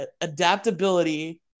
adaptability